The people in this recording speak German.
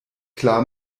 klar